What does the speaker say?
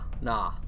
Nah